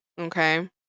okay